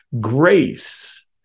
grace